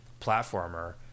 platformer